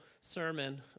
sermon